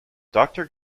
doctor